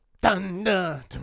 Thunder